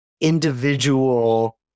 individual